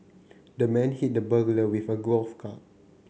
the man hit the burglar with a golf club